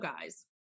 guys